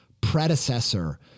predecessor